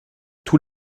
tous